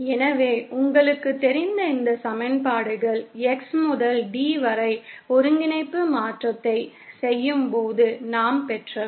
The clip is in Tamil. எனவே உங்களுக்குத் தெரிந்த இந்த சமன்பாடுகள் X முதல் D வரை ஒருங்கிணைப்பு மாற்றத்தைச் செய்யும்போது நாம் பெற்றவை